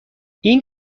این